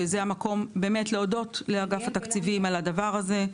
וזה המקום באמת להודות לאגף התקציבים על הדבר הזה.